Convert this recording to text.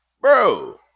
Bro